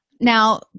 now